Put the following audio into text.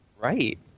Right